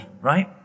right